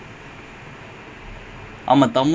I think like they put in